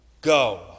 Go